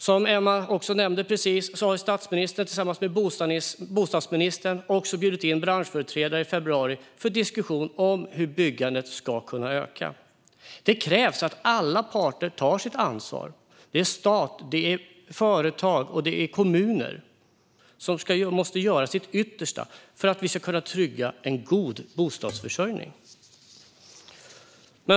Som Emma Hult precis nämnde har statsministern tillsammans med bostadsministern bjudit in branschföreträdare för diskussion i februari om hur byggandet ska kunna öka. Det krävs att alla parter tar sitt ansvar. Stat, företag och kommuner måste göra sitt yttersta för att vi ska kunna trygga en god bostadsförsörjning.